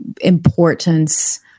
importance